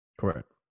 Correct